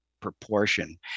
proportion